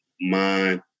mind